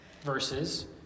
verses